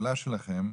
הטבלה שלכם,